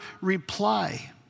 reply